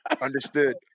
Understood